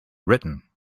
written